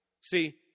See